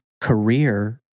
career